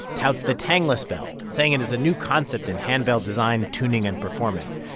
touts the tangless bell, saying it is a new concept in handbell design, tuning and performance.